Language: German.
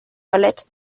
ballett